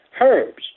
Herbs